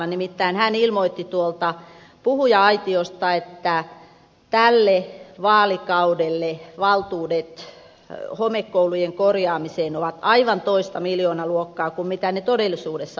nimittäin hän ilmoitti tuolta puhuja aitiosta että tälle vaalikaudelle valtuudet homekoulujen korjaamiseen ovat aivan toista miljoonaluokkaa kuin ne todellisuudessa ovat